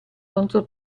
contro